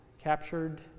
captured